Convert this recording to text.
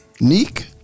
Neek